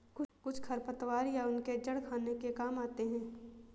कुछ खरपतवार या उनके जड़ खाने के काम आते हैं